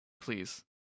please